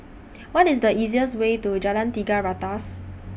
What IS The easiest Way to Jalan Tiga Ratus